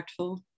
impactful